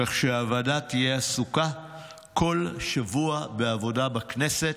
כך שהוועדה תהיה עסוקה כל שבוע בעבודה בכנסת.